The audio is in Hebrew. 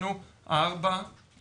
הוצאנו ארבעה